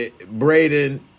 Braden